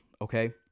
okay